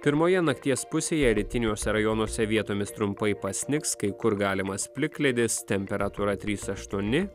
pirmoje nakties pusėje rytiniuose rajonuose vietomis trumpai pasnigs kai kur galimas plikledis temperatūra trys aštuoni